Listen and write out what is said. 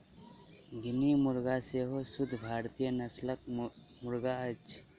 guinea मुर्गा सेहो शुद्ध भारतीय नस्लक मुर्गा अछि